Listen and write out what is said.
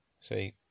see